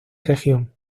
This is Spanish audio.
región